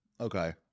Okay